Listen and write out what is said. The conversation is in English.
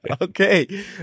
Okay